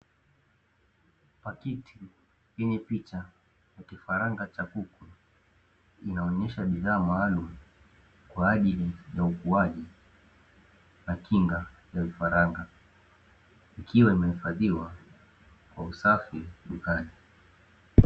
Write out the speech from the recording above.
Pakiti yenye picha ya kifaranga cha kuku, inaonyesha bidhaa maalumu kwa ajili ya ukuwaji na kinga ya vifaranga, ikiwa imehifadhiwa kwa usafi dukani.